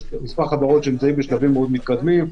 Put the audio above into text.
ויש מספר חברות שנמצאות בשלבים מאוד מתקדמים.